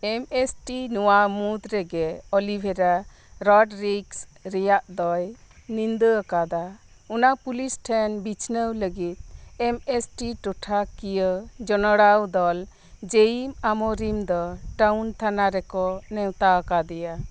ᱮᱢ S T ᱱᱚᱣᱟ ᱢᱩᱫᱽ ᱨᱮᱜᱮ ᱚᱞᱤᱵᱷᱮᱨᱟ ᱨᱚᱰᱨᱤᱜᱥ ᱨᱮᱭᱟᱜ ᱫᱚᱭ ᱱᱤᱱᱫᱟᱹ ᱟᱠᱟᱫᱟ ᱚᱱᱟ ᱯᱩᱞᱤᱥ ᱴᱷᱮᱱ ᱵᱤᱪᱷᱱᱟᱹᱣ ᱞᱟᱹᱜᱤᱫ ᱮᱢ ᱮᱥ ᱴᱤ ᱴᱚᱴᱷᱟᱠᱤᱭᱟᱹ ᱡᱚᱱᱚᱲᱟᱣ ᱫᱚᱞ ᱡᱮᱭᱤᱢ ᱟᱢᱳᱨᱤᱢ ᱫᱚ ᱴᱟᱣᱩᱱ ᱛᱷᱟᱱᱟ ᱨᱮᱠᱚ ᱱᱮᱶᱛᱟ ᱟᱠᱟᱫᱮᱭᱟ